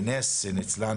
שניצלה בנס,